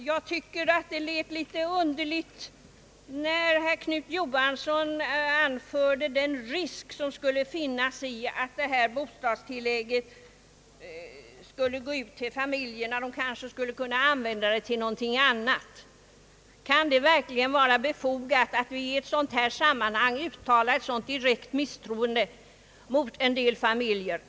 Jag tycker att det lät litet underligt när herr Knut Johansson talade om den risk som skulle ligga i att detta bostadstillägg skulle gå till familjerna — de kanske skulle kunna använda det till någonting annat. Kan det verkligen vara befogat att i ett sådant sammanhang uttala ett direkt misstroende mot en del familjer?